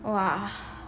!wah!